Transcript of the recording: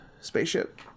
spaceship